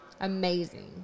amazing